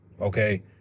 okay